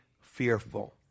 fearful